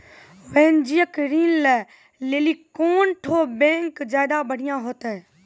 वाणिज्यिक ऋण लै लेली कोन ठो बैंक ज्यादा बढ़िया होतै?